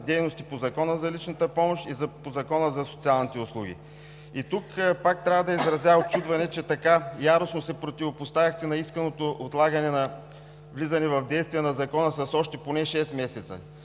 дейности по Закона за личната помощ и по Закона за социалните услуги. Тук пак трябва да изразя учудване, че така яростно се противопоставихте на исканото отлагане на влизане в действие на Закона с още поне шест месеца.